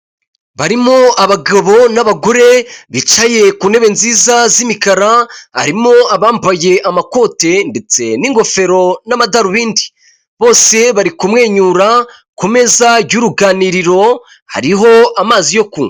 Barimo abagabo n'abagore bicaye ku ntebe nziza z'imikara, harimo abambaye amakote ndetse n'ingofero n'amadarubindi, bose bari kumwenyura, ku meza y'uruganiiriro hariho amazi yo kunywa.